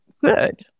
good